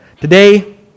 Today